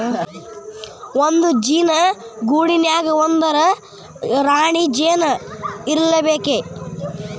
ಒಂದ ಜೇನ ಗೂಡಿನ್ಯಾಗ ಒಂದರ ರಾಣಿ ಜೇನ ಇರಲೇಬೇಕ